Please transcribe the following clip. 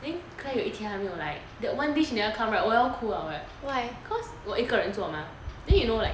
then claire 有一天还没有来 that one day she never come right 我要哭了 cos 我一个人做嘛 then you know like